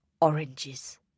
oranges